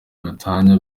gatanya